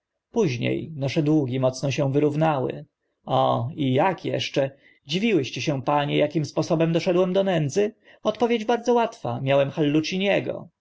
późnie nasze długi mocno się wyrównały o i ak eszcze dziwiłyście się panie akim sposobem doszedłem do nędzy odpowiedź bardzo łatwa miałem halluciniego